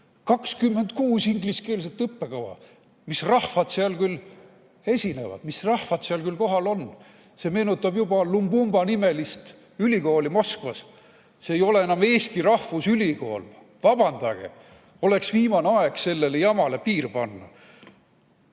26 ingliskeelset õppekava. Mis rahvad seal küll esinevad, mis rahvad seal küll kohal on? See meenutab juba Lumumba-nimelist ülikooli Moskvas. See ei ole enam Eesti rahvusülikool. Vabandage, oleks viimane aeg sellele jamale piir panna!